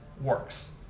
works